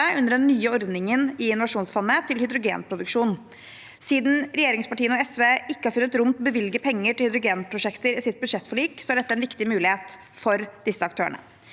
under den nye ordningen i Innovasjonsfondet. Siden regjeringspartiene og SV ikke har funnet rom for å bevilge penger til hydrogenprosjekter i sitt budsjettforlik, er dette en viktig mulighet for disse aktørene.